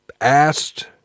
asked